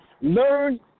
Learn